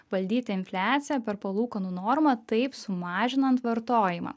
valdyti infliaciją per palūkanų normą taip sumažinant vartojimą